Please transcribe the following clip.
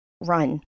Run